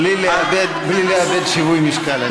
בלי לאבד שיווי משקל.